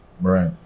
Right